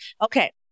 okay